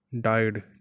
died